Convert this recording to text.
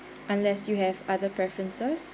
unless you have other preferences